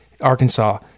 Arkansas